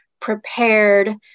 prepared